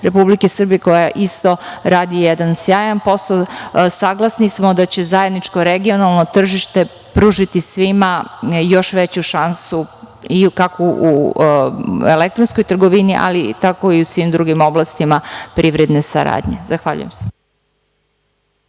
Republike Srbije, koja isto radi jedan sjajan posao. Saglasni smo da će zajedničko regionalno tržište pružiti svima još veću šansu kako u elektronskoj trgovini, ali tako i u svim drugim oblastima privredne saradnje. Zahvaljujem se.